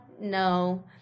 No